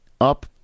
up